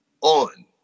on